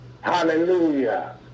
Hallelujah